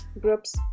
groups